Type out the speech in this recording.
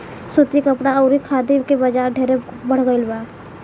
सूती कपड़ा अउरी खादी के बाजार ढेरे बढ़ गईल बा